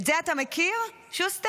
את זה אתה מכיר, שוסטר?